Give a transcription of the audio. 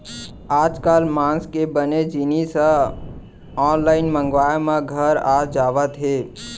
आजकाल मांस के बने जिनिस ह आनलाइन मंगवाए म घर आ जावत हे